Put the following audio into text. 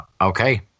okay